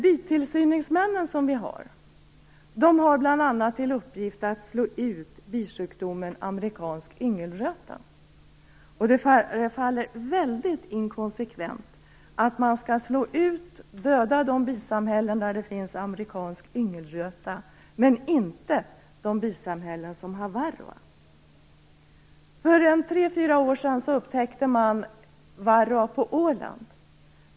De tillsyningsmän som vi har har bl.a. till uppgift att slå ut bisjukdomen amerikansk yngelröta. Det förefaller väldigt inkonsekvent att man skall slå ut och döda de bisamhällen där det finns amerikansk yngelröta men inte de bisamhällen som har varroa. För tre fyra år sedan upptäckte man varroa på Åland.